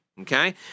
Okay